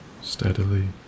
Steadily